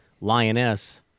lioness